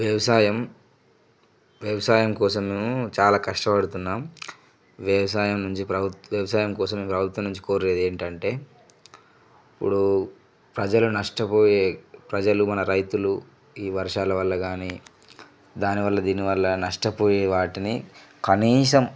వ్యవసాయం వ్యవసాయం కోసం మేము చాలా కష్టపడుతున్నాం వ్యవసాయం నుంచి ప్రభుత్వం వ్యవసాయం కోసం ప్రభుత్వం నుంచి కోరేది ఏంటంటే ఇప్పుడు ప్రజలు నష్టపోయే ప్రజలు మన రైతులు ఈ వర్షాల వల్ల కాని దాని వల్ల దీని వల్ల నష్టపోయే వాటిని కనీసం